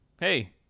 hey